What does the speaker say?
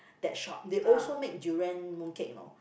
that shop they also make durian mooncake you know